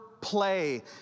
play